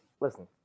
listen